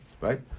right